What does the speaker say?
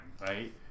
right